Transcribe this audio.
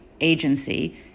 agency